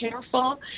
careful